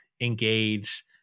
engage